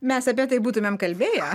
mes apie tai būtumėm kalbėję